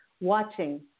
watching